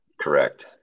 Correct